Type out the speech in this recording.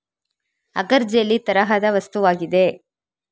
agar jelly ತರಹದ ವಸ್ತುವಾಗಿದೆ